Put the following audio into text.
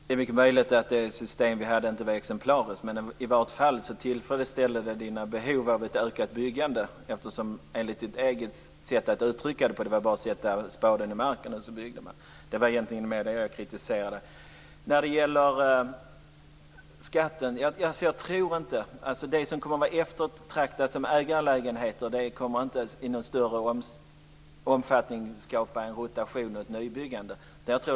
Fru talman! Det är mycket möjligt att det system vi hade inte var exemplariskt, men i varje fall tillfredsställde det Ulla-Britt Hagströms behov av ett ökat byggande. Enligt hennes eget sätt att uttrycka det var det bara att sätta spaden i marken. Det var egentligen det jag kritiserade. Det som kommer att vara eftertraktat som ägarlägenheter kommer inte i någon större omfattning att skapa en rotation och nybyggande.